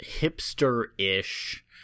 hipster-ish